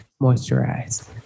Moisturize